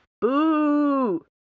Boo